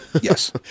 yes